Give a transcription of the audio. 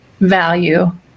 value